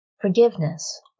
forgiveness